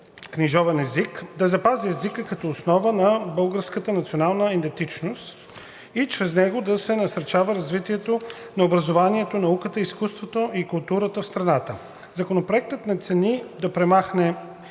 книжовен език да запази езика като основа на българската национална идентичност и чрез него да се насърчава развитието на образованието, науката, изкуството и културата в страната. Законопроектът не цели да промени